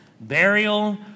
burial